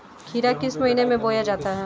खीरा किस महीने में बोया जाता है?